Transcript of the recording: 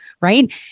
right